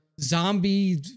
zombie